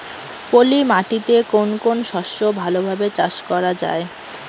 পলি মাটিতে কোন কোন শস্য ভালোভাবে চাষ করা য়ায়?